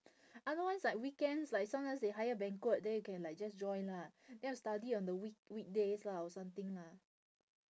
otherwise like weekends like sometimes they hire banquet then you can like just join lah then study on the week~ weekdays lah or something lah